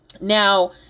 Now